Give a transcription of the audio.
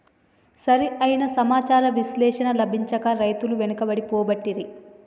సరి అయిన సమాచార విశ్లేషణ లభించక రైతులు వెనుకబడి పోబట్టిరి